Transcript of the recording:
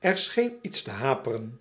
r scheen iets te haperen